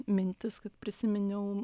mintis kad prisiminiau